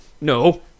No